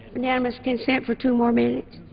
unanimous consent for two more minutes.